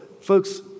folks